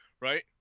right